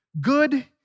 Good